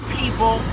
people